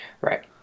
right